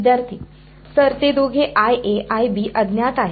विद्यार्थी सर ते दोघे अज्ञात आहेत